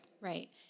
right